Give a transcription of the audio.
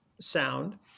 sound